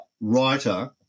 writer